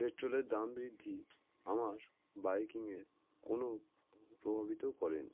পেট্রোলের দাম বৃদ্ধি আমার বাইকিংয়ের কোনও প্রভাবিত করেনি